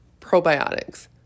probiotics